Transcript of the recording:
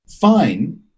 fine